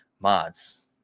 mods